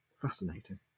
fascinating